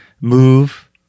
move